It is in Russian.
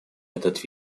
этот